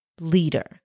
leader